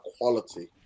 quality